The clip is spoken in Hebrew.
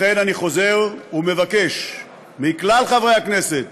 לכן אני חוזר ומבקש מכלל חברי הכנסת